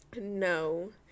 No